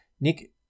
Nick